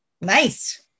Nice